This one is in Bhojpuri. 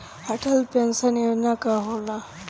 अटल पैंसन योजना का होला?